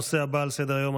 הנושא הבא על סדר-היום,